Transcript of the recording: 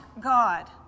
God